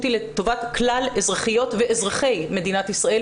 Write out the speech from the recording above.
היא לטובת כלל אזרחיות ואזרחי מדינת ישראל,